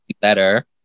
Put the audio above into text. better